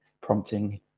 prompting